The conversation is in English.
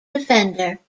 defender